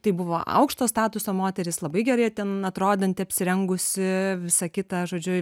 tai buvo aukšto statuso moteris labai gerai ten atrodanti apsirengusi visa kita žodžiu